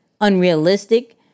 unrealistic